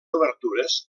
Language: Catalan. obertures